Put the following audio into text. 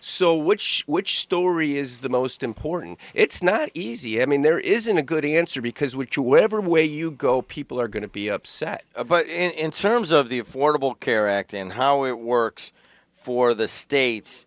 so which which story is the most important it's not easy i mean there isn't a good answer because which whatever way you go people are going to be upset in terms of the affordable care act and how it works for the states